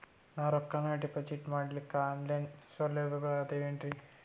ನಾವು ರೊಕ್ಕನಾ ಡಿಪಾಜಿಟ್ ಮಾಡ್ಲಿಕ್ಕ ಆನ್ ಲೈನ್ ಸೌಲಭ್ಯಗಳು ಆದಾವೇನ್ರಿ?